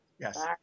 Yes